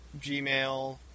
Gmail